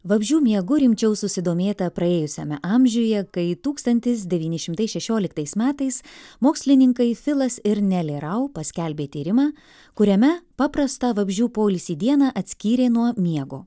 vabzdžių miegu rimčiau susidomėta praėjusiame amžiuje kai tūkstantis devyni šimtai šešioliktais metais mokslininkai filas ir nelė rau paskelbė tyrimą kuriame paprastą vabzdžių poilsį dieną atskyrė nuo miego